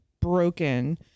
broken